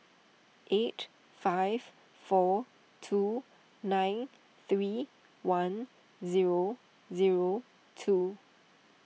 eight five four two nine three one zero zero two